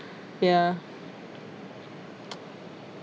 ya